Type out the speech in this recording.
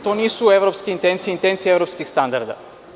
To nisu evropske intencije, intencije evropskih standarda.